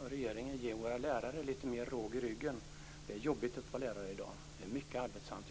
och regeringen behöver ge våra lärare litet mer råg i ryggen. Det är jobbigt att vara lärare i dag. Det är mycket arbetsamt.